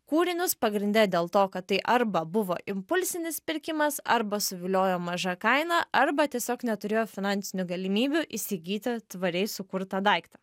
kūrinius pagrinde dėl to kad tai arba buvo impulsinis pirkimas arba suviliojo maža kaina arba tiesiog neturėjo finansinių galimybių įsigyti tvariai sukurtą daiktą